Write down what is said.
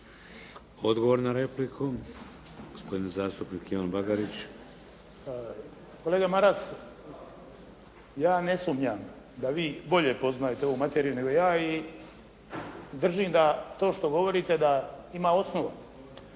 Odgovor na repliku, gospodin zastupnik Ivan Bagarić. **Bagarić, Ivan (HDZ)** Kolega Maras, ja ne sumnjam da vi bolje poznajete ovu materiju nego ja i držim da to što govorite da ima osnovu.